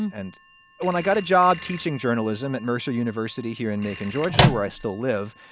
and when i got a job teaching journalism at mercer university here in macon, georgia, where i still live.